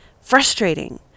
frustrating